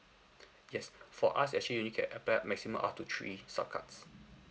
yes for us actually you only can apply maximum up to three sup cards